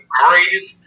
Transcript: greatest